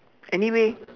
anyway